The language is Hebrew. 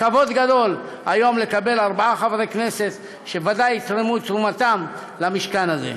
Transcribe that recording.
כבוד גדול היום לקבל ארבעה חברי כנסת שוודאי יתרמו את תרומתם למשכן הזה.